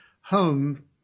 home